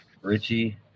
Richie